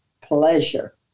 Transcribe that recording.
pleasure